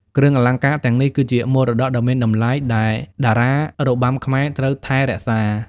គ្រឿងអលង្ការទាំងនេះគឺជាមរតកដ៏មានតម្លៃដែលតារារបាំខ្មែរត្រូវថែរក្សា។